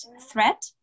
threat